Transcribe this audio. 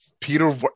Peter